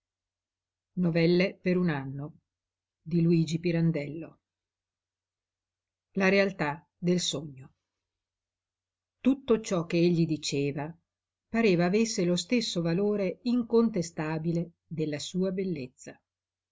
la luna e buona notte la realtà del sogno tutto ciò che egli diceva pareva avesse lo stesso valore incontestabile della sua bellezza